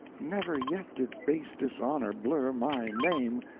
never yet did base dishonor blur my name,